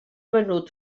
venut